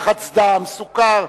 לחץ דם, סוכר.